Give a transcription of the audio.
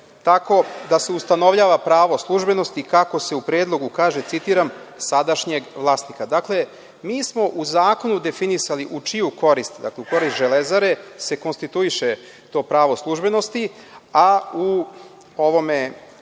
tako da se ustanovljava pravo službenosti, kako se u predlogu kaže: „sadašnjeg vlasnika“.Mi smo u zakonu definisali u čiju korist, u korist „Železare", se konstituiše to pravo službenosti, a u Predlogu